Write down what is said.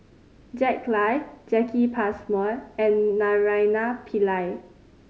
Jack Lai Jacki Passmore and Naraina Pillai